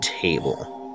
table